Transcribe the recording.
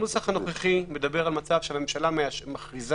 הנוסח הנוכחי מדבר על מצב שהממשלה מכריזה